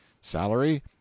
salary